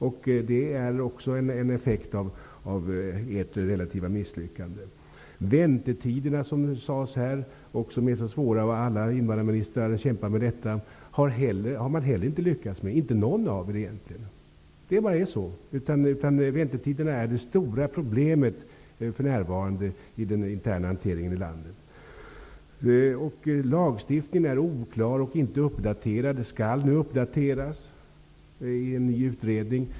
Också det är en effekt av ert relativa misslyckande. Inte heller väntetiderna, som här sades vara så svåra och som alla invandrarministrar kämpar med, har egentligen någon av er lyckats komma till rätta med. Väntetiderna är det stora problemet för närvarande i den interna hanteringen i landet. Lagstiftningen är oklar och inte uppdaterad, men skall nu ses över i en ny utredning.